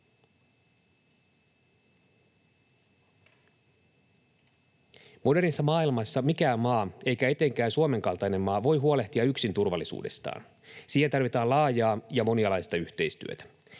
Modernissa maailmassa mikään maa eikä etenkään Suomen kaltainen maa voi huolehtia yksin turvallisuudestaan. Siihen tarvitaan laajaa ja monialaista yhteistyötä.